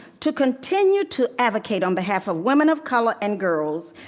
to continue to advocate on behalf of women of color and girls,